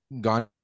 gone